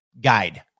guide